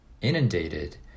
inundated